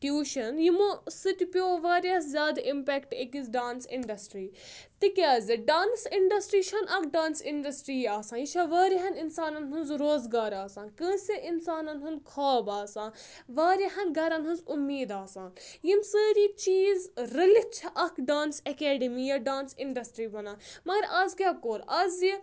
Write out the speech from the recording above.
tuition یِمو سۭتۍ پیٚو واریاہ زیادٕ اِمپیکٹہٕ أکِس ڈانٕس اِنڈَسٹِرٛی تِکیازِ ڈانٕس اِنڈَسٹِرٛی چھےٚ نہٕ اَکھ ڈانٕس اِنڈَسٹِرٛی آسان یہِ چھےٚ واریاہَن اِنسانَن ہٕنٛز روزگار آسان کٲنٛسہِ اِنسانَن ہُنٛد خاب آسان واریاہَن گَرَن ہٕنٛز اُمید آسان یِم سٲری چیٖز رٔلِتھ چھِ اَکھ ڈانٕس اکیڈمی یا ڈانٕس اِنڈَسٹری بَنان مگر اَز کیاہ کوٚر اَز یہِ